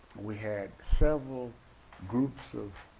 we had several groups of